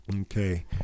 Okay